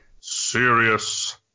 serious